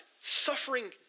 suffering